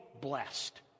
blessed